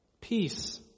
Peace